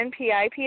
NPIP